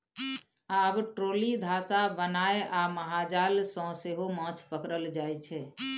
आब ट्रोली, धासा बनाए आ महाजाल सँ सेहो माछ पकरल जाइ छै